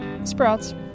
sprouts